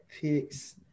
picks